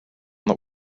that